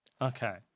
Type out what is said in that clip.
Okay